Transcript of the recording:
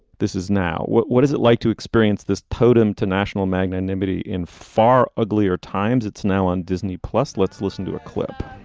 this is now. what what is it like to experience this podium to national magnanimity in far uglier times? it's now on disney. plus, let's listen to a clip